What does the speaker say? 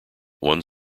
one